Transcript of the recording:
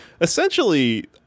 essentially